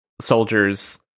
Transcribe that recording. soldiers